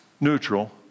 neutral